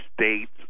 states